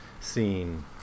scene